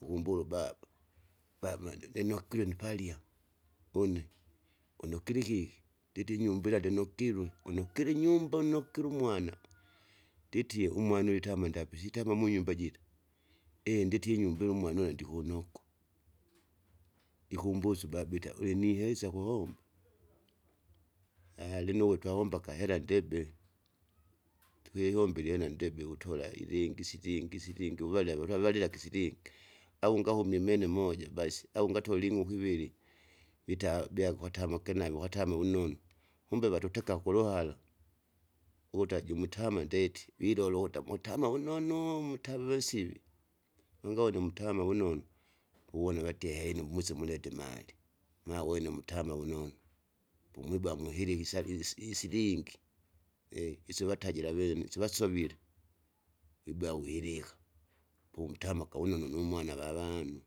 ukumbula ubaba, vamwana ndinokirwe nupalia une, uno kilikiki nditi inyumba ila ndinokirwe unokile inyumba unokile umwana, nditie umwana uju tama ndape sitama munyumba jira, eeh nitie inyumba ili umwana une ndikunokwa, ikumbusa ubabita ulinihesa kuhomba, lino uvu twawomba akahera ndebe, tukihomba ilyana ndebe utola ilingsi ilingisi ilingi uvalewa utwavalela kisilingi, au unagahumie mene moja basi au ngatole ing'uku iviri, vita bia kwatamake navo ukatama wunonu. Kumbe watuteka kuluhara ukutaji matama ndeti. wilola ukuta mutama vunonu mutama vansivi, ungawone mtama wunonu uwona watie hee numwise mulete mali ma- wene mutama wunonu, pumwiba muhili ikisa isi- isilingi iso vatajira avene iso vasovile, wibea wihilika, poumtamaka wononu numwana vavanu.